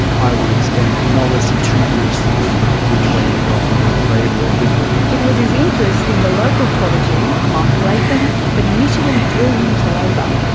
i would have spent no less than two years thinking about which way to go, whether labor or liberal. it was his interest in the local prodigy mark latham that initially drew him to labor.